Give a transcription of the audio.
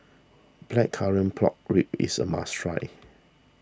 Blackcurrant Plonk Ribs is a must try